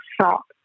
shock